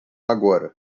agora